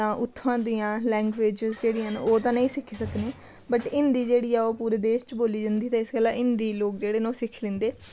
तां उत्थां दियां लैंग्वेजिस जेह्ड़ियां न ओह् तां नेईं सिक्खी सकने बट हिंदी जेह्ड़ी ऐ ओह् पूरे देश च बोली जंदी ऐ ते इस गल्ला हिंदी जेह्ड़ी ऐ लोक न ओह् सिक्खी लैंदे